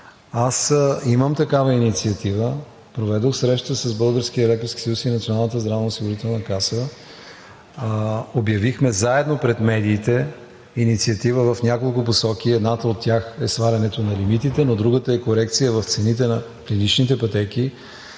Имам такава инициатива, проведох среща с Българския лекарски съюз и Националната здравноосигурителна каса. Обявихме заедно пред медиите инициатива в няколко посоки. Едната от тях е свалянето на лимитите, но другата е корекция в цените на клиничните пътеки.